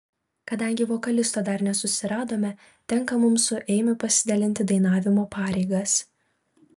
kadangi vokalisto dar nesusiradome tenka mums su eimiu pasidalinti dainavimo pareigas